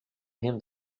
him